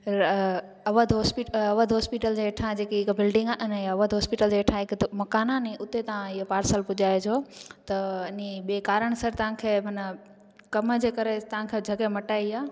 र Awadh hospital Awadh hospital जे हेठा जेकी हिकु बिल्डिंग आहे अने अवध हॉस्पिटल जे हेठा हिकु मकानु आहे उते तव्हां इहे पार्सल पुजाइजो त अनी ॿिए कारण सां तव्हां मना कम जे करे तव्हांखे जॻह मटाई आहे